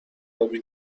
آبی